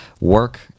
work